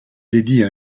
dédie